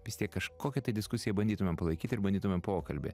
vis tiek kažkokią tai diskusiją bandytumėm palaikyt ir bandytumėm pokalbį